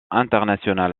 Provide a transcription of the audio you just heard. internationale